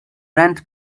rent